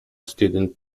student